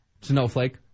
Snowflake